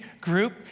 group